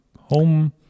home